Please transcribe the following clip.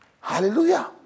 Hallelujah